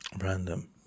Random